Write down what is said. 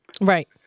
Right